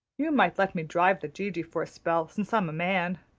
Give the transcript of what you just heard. you might let me drive the gee-gee for a spell, since i'm a man.